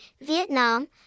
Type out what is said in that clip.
Vietnam